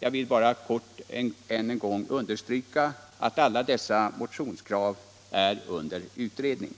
Jag vill helt kort än en gång understryka att alla dessa motionskrav är under utredning.